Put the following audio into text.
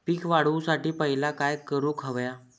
पीक वाढवुसाठी पहिला काय करूक हव्या?